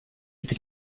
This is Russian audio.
это